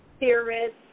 theorists